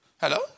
Hello